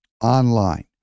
online